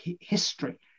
history